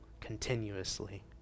continuously